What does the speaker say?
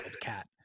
cat